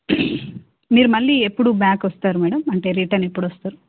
మీరు మళ్ళీ ఎప్పుడు బ్యాక్ వస్తారు మేడమ్ అంటే రిటర్న్ ఎప్పుడు వస్తారు